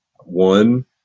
One